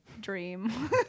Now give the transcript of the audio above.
dream